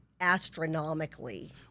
astronomically